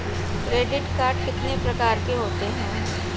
Credit card कितने प्रकार के होते हैं?